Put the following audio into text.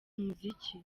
umuziki